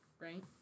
right